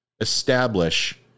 establish